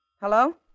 Hello